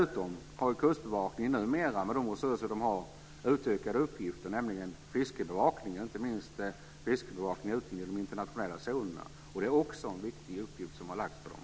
Dessutom har ju Kustbevakningen numera, med de resurser de har, utökade uppgifter, nämligen fiskebevakning. Det gäller inte minst fiskebevakningen ute i de internationella zonerna. Det är också en viktig uppgift som har lagts på dem.